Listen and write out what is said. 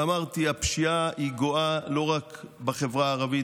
ואמרתי: הפשיעה גואה לא רק בחברה הערבית,